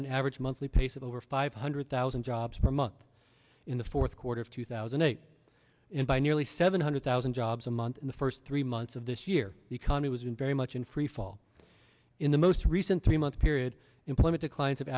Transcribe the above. an average monthly pace of over five hundred thousand jobs per month in the fourth quarter of two thousand and eight in by nearly seven hundred thousand jobs a month in the first three months of this year the economy was in very much in freefall in the most recent three month period employment a clients of